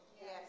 Yes